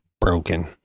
broken